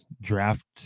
draft